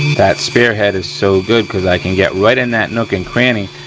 that spearhead is so good, cause i can get right in that nook and cranny.